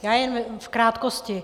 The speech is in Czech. Já jen v krátkosti.